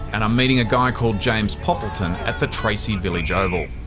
and i'm meeting a guy called james poppleton at the tracy village ah oval.